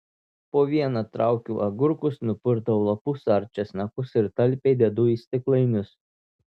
po vieną traukiu agurkus nupurtau lapus ar česnakus ir talpiai dedu į stiklainius